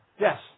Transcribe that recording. yes